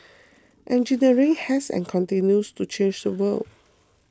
engineering has and continues to change the world